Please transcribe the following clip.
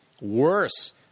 worse